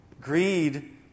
Greed